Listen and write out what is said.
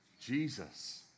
Jesus